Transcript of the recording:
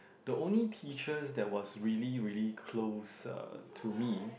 the only teacher that was really really close uh to me